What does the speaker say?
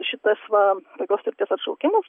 šitas va tokios sutarties atšaukimas